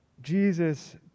Jesus